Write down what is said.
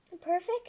perfect